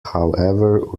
however